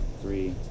three